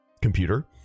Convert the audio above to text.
computer